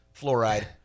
fluoride